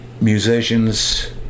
Musicians